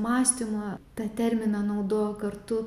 mąstymo tą terminą naudojo kartu